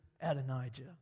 Adonijah